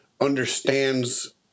understands